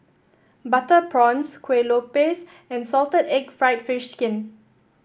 Butter Prawns Kueh Lupis and Salted Egg fried fish skin